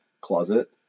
closet